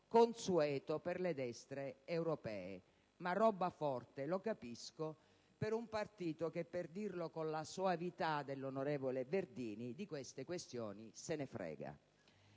consueto per le destre europee, ma roba forte, lo capisco, per un partito che - per dirla con la soavità dell'onorevole Verdini - di tali questioni se ne frega.